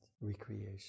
recreation